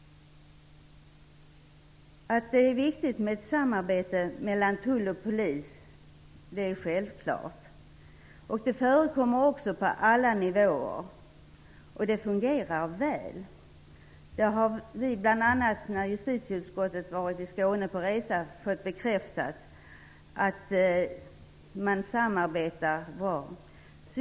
Att det är viktigt med samarbete mellan tull och polis är självklart. Det förekommer också på alla nivåer och det fungerar väl, det har vi - bl.a. när justitieutskottet varit på resa i Skåne - fått bekräftat. Man samarbetar väl.